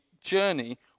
journey